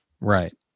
Right